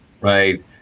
right